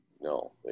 no